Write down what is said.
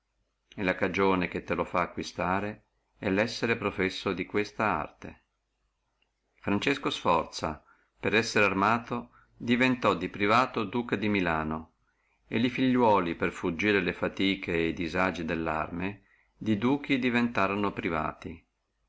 la cagione che te lo fa acquistare è lo essere professo di questa arte francesco sforza per essere armato di privato diventò duca di milano e figliuoli per fuggire e disagi delle arme di duchi diventorono privati